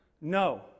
no